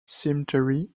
cemetery